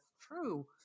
true